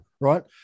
right